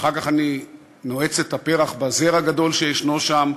ואחר כך אני נועץ את הפרח בזר הגדול שישנו שם,